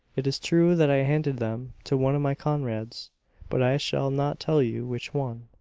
it is true that i handed them to one of my comrades but i shall not tell you which one.